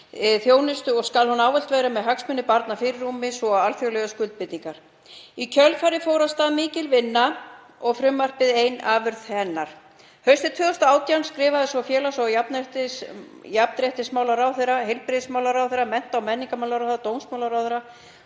þjónustu og skal hún ávallt vera með hagsmuni barna í fyrirrúmi sem og alþjóðlegar skuldbindingar. Í kjölfarið fór af stað heilmikil vinna og er frumvarpið ein afurð hennar. Haustið 2018 skrifuðu svo félags- og jafnréttismálaráðherra, heilbrigðisráðherra, mennta- og menningarmálaráðherra, dómsmálaráðherra,